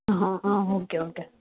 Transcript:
അ ഹാ ഹാ okay okay